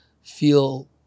feel